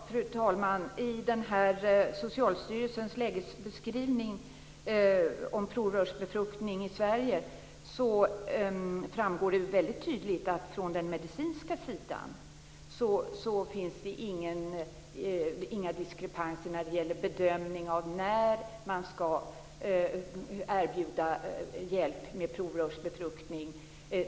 Fru talman! I Socialstyrelsens lägesbeskrivning om provrörsbefruktning i Sverige framgår det väldigt tydligt att det från den medicinska sidan inte finns några diskrepanser när det gäller bedömning av när man skall erbjuda hjälp med provrörsbefruktning.